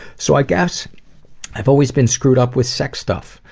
so i guess i've always been screwed up with sex stuff.